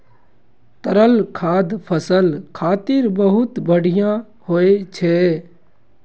तरल खाद फसल खातिर बहुत बढ़िया होइ छै